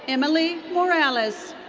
emily morales.